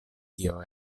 tio